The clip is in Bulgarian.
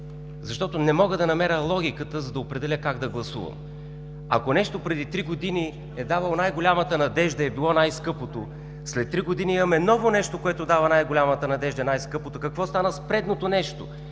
защото не мога да намеря логиката, за да определя как да гласувам. Ако нещо преди три години е давало най-голямата надежда и е било най-скъпото, след три години имаме ново нещо, което дава най-голямата надежда и е най-скъпото, какво стана с предното нещо?